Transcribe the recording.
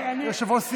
אתה יושב-ראש סיעה.